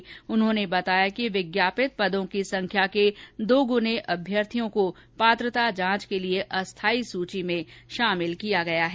श्री ठकराल ने बताया कि विज्ञापित पदों की संख्या के दुगने अभ्यर्थियों को पात्रता जांच के लिए अस्थाई सूची में शामिल किया गया है